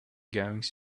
goings